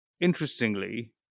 interestingly